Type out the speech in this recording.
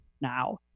now